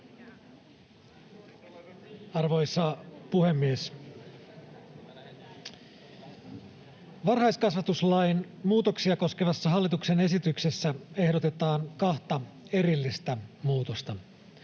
Arvoisa puhemies! Varhaiskasvatuslain muutoksia koskevassa hallituksen esityksessä ehdotetaan kahta erillistä muutosta.